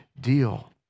deal